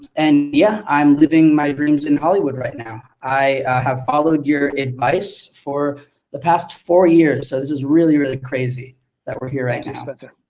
and yeah, i'm living my dreams in hollywood right now. i have followed your advice for the past four years, so this is really really crazy that we're here right and now.